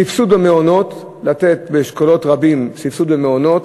סבסוד המעונות, לתת באשכולות רבים סבסוד למעונות,